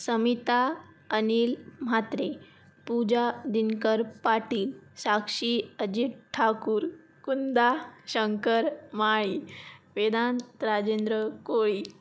Samita Anil Mhatre Pooja Dinkar Patil Sakshi Ajit Thakur Kunda Shankar Mali Vedant Rajendra Koli